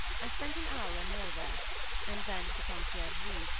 i spent an hour or more there and then to the conciergerie,